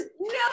no